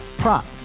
prop